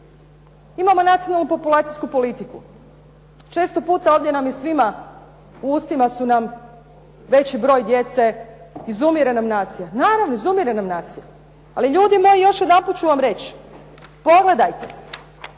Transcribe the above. Imamo nacionalnu populacijsku politiku. Često puta ovdje nam je svima, u ustima su nam veći broj djece, izumire nam nacija. Naravno izumire na nacija, ali ljudi moji još jedanput ću vam reći, pogledajte